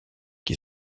qui